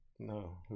No